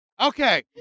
Okay